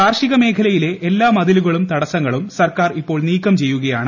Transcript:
കാർഷിക മേഖലയിലെ എല്ലാ മതിലുകളും തടസ്സങ്ങളും സർക്കാർ ഇപ്പോൾ നീക്കംചെയ്യുകയാണ്